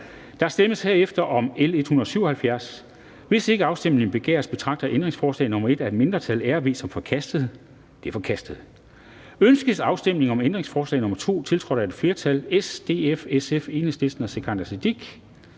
Der stemmes herefter om L 177. Hvis ikke afstemning begæres, betragter jeg ændringsforslag nr. 1 af et mindretal (RV) som forkastet. Det er forkastet. Ønskes afstemning om ændringsforslag nr. 2, tiltrådt af et flertal (S, DF, SF, EL og Sikandar Siddique